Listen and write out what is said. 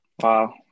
Wow